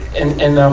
and, and, um,